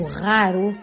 raro